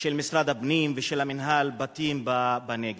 של משרד הפנים ושל המינהל בתים בנגב.